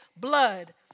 blood